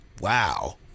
Wow